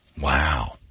wow